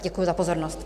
Děkuji za pozornost.